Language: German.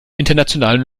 internationalen